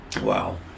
Wow